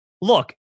Look